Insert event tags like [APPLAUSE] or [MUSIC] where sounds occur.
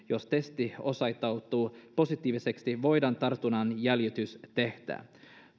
[UNINTELLIGIBLE] jos testi osoittautuu positiiviseksi voidaan tartunnan jäljitys tehdä